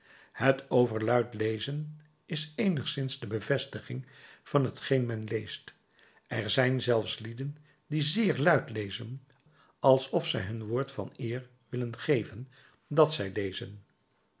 het overluid lezen is eenigerwijs de bevestiging van t geen men leest er zijn zelfs lieden die zeer luid lezen alsof zij hun woord van eer willen geven dàt zij lezen